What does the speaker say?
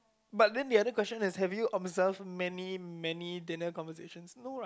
but then the other question is have you observe many many dinner conversations no right